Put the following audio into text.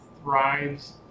thrives